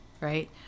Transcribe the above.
right